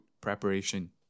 preparation